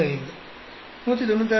775 196